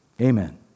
Amen